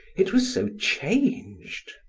it was so changed.